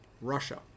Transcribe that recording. Russia